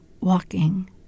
walking